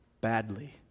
badly